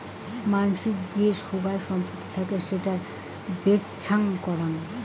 মানসির যে সোগায় সম্পত্তি থাকি সেটার বেপ্ছা করাং